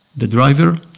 the driver,